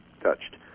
touched